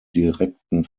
direkten